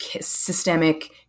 systemic